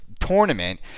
tournament